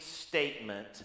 statement